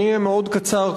אני אהיה מאוד קצר,